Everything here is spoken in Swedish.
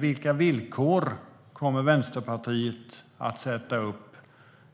Vilka villkor kommer Vänsterpartiet att ställa